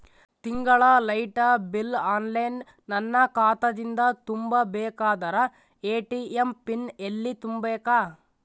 ತಿಂಗಳ light bill online ನನ್ನ ಖಾತಾ ದಿಂದ ತುಂಬಾ ಬೇಕಾದರ ಎ.ಟಿ.ಎಂ ಪಿನ್ ಎಲ್ಲಿ ತುಂಬೇಕ?